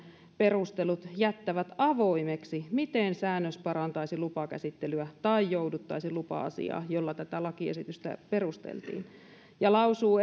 perustelut jättävät avoimeksi sen miten säännös parantaisi lupakäsittelyä tai jouduttaisi lupa asiaa millä tätä lakiesitystä perusteltiin ja